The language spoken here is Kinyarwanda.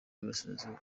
y’uburasirazuba